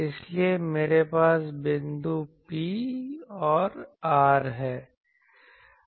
इसलिए मेरे पास बिंदु P और r हैं